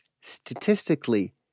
statistically